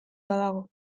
badago